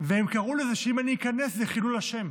והם קראו לזה שאם אני איכנס זה חילול השם.